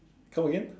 come again